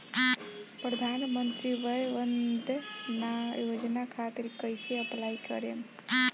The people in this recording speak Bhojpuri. प्रधानमंत्री वय वन्द ना योजना खातिर कइसे अप्लाई करेम?